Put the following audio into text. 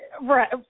right